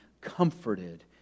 comforted